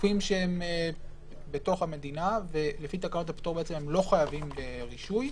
גופים שהם בתוך המדינה ולפי תקנות הפטור בעצם הם לא חייבים ברישוי,